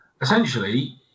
essentially